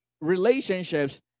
relationships